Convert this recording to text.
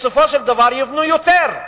בסופו של דבר יבנו יותר.